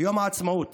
ביום העצמאות